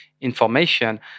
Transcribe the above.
information